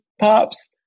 Pops